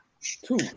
Two